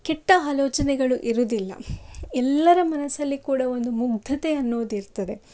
ಕೆಟ್ಟ ಆಲೋಚನೆಗಳು ಇರೋದಿಲ್ಲ ಎಲ್ಲರ ಮನಸ್ಸಲ್ಲಿ ಕೂಡ ಒಂದು ಮುಗ್ಧತೆ ಅನ್ನೋದಿರ್ತದೆ